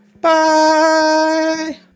Bye